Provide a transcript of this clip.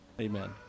Amen